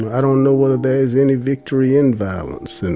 i don't know whether there's any victory in violence and